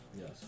Yes